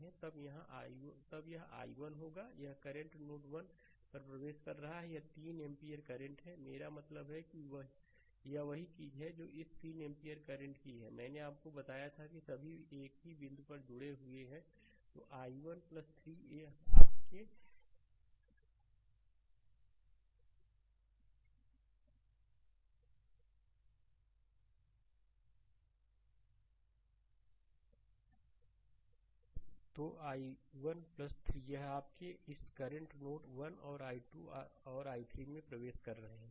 slide समय देखें 1216 तब यह i1 होगा यह करंट नोड 1 पर प्रवेश कर रहा है यह 3 एम्पीयर करंट है मेरा मतलब है कि यह वही चीज है जो इस 3 एम्पीयर करंट की है मैंने आपको बताया था कि सभी एक ही बिंदु पर जुड़े हुए हैं तो i1 3 ये 2 आपके इस करंट नोड 1 और i2 और i3 में प्रवेश कर रहे हैं